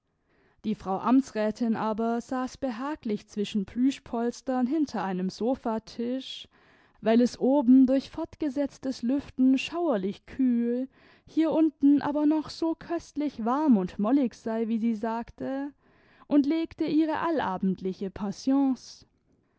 die frau amtsrätin aber saß behaglich zwischen plüschpolstern hinter einem sofatisch weil es oben durch fortgesetztes lüften schauerlich kühl hier unten aber noch so köstlich warm und mollig sei wie sie sagte und legte ihre allabendliche